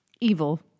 Evil